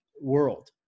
world